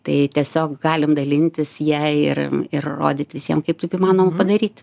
tai tiesiog galim dalintis jei ir ir rodyt visiem kaip taip įmanoma padaryt